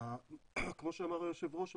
כמו שאמר היושב ראש,